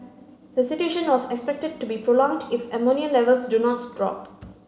the situation was expected to be prolonged if ammonia levels do not